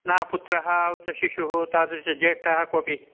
न पुत्रः उत शिशुः तादृशाः ज्येष्ठाः केपि